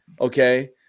okay